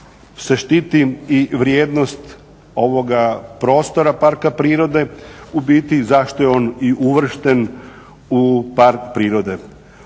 štiti i vrijednost ovoga prostora parka prirode. U biti zašto je on i uvršten u park prirode.